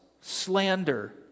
slander